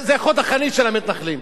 זה חוד החנית של המתנחלים.